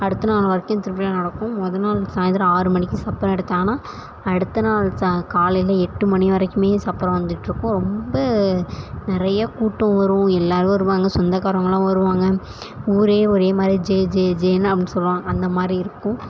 அடுத்த நாள் வரைக்கும் திருவிழா நடக்கும் மொதல் நாள் சாயந்தரம் ஆறு மணிக்கு சப்பரம் எடுத்தாங்கனா அடுத்த நாள் ச காலையில் எட்டு மணி வரைக்குமே சப்பரம் வந்துட்டுருக்கும் ரொம்ப நிறைய கூட்டம் வரும் எல்லோரும் வருவாங்க சொந்தக்காரங்கள்லாம் வருவாங்க ஊரே ஒரே மாதிரி ஜே ஜே ஜேன்னு அப்படின்னு சொல்வாங்க அந்த மாதிரி இருக்கும்